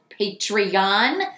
Patreon